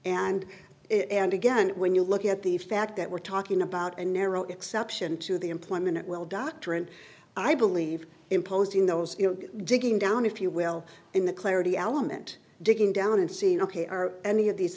it and again when you look at the fact that we're talking about a narrow exception to the employment at will doctrine i believe imposing those digging down if you will in the clarity element digging down and seeing ok are any of these